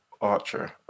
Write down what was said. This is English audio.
Archer